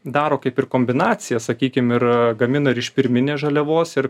daro kaip ir kombinaciją sakykim ir gamina ir iš pirminės žaliavos ir